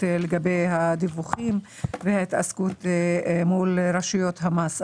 לגבי הדיווחים וההתעסקות מול רשויות המס,